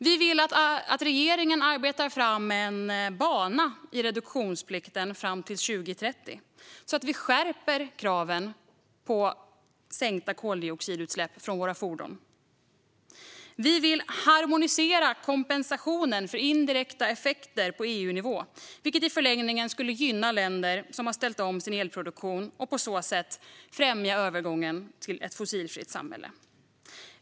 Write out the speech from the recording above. Vi vill att regeringen arbetar fram en bana i reduktionsplikten fram till 2030 så att vi skärper kraven på sänkta koldioxidutsläpp från våra fordon. Vi vill harmonisera kompensationen för indirekta effekter på EU-nivå, vilket i förlängningen skulle gynna länder som har ställt om sin elproduktion och på så sätt främja övergången till ett fossilfritt samhälle.